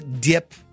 dip